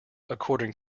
according